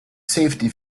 safety